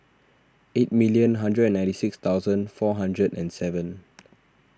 eighty million hundred ninety six thousand four hundred and seven